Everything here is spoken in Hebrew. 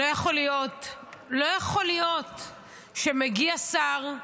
לא יכול להיות שמגיע שר,